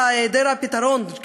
והיעדר הפתרון,